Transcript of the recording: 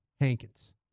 Hankins